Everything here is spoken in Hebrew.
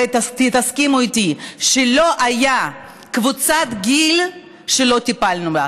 תסכימו איתי שלא הייתה קבוצת גיל שלא טיפלנו בה,